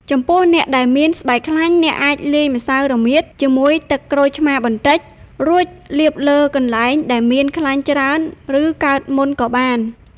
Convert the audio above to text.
ចំពោះអ្នកដែលមានស្បែកខ្លាញ់ អ្នកអាចលាយម្សៅរមៀតជាមួយទឹកក្រូចឆ្មារបន្តិច រួចលាបលើកន្លែងដែលមានខ្លាញ់ច្រើន ឬកើតមុនក៏បាន។